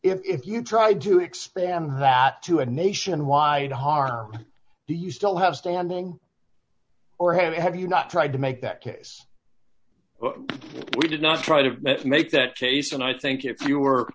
if you tried to expand that to a nationwide heart do you still have standing or have you not tried to make that case we did not try to make that case and i think if you were